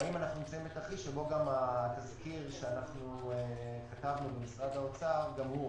או האם אנחנו נמצאים בתרחיש שבו גם התזכיר שכתבנו במשרד האוצר עובר.